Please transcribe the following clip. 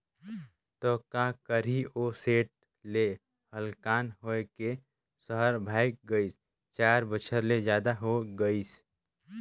त का करही ओ सेठ ले हलाकान होए के सहर भागय गइस, चार बछर ले जादा हो गइसे